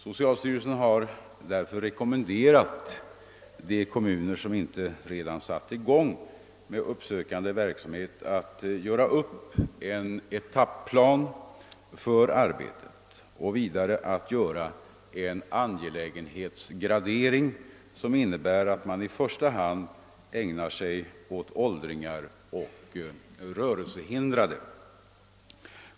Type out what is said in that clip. Socialstyrelsen har därför rekommenderat de kommuner som inte redan satt i gång med den uppsökande verksamheten att upprätta en etapplan för arbetet och vidare att göra en angelä genhetsgradering, som innebär att man i första hand ägnar sig åt åldringar och rörelsehindrade.